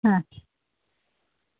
હા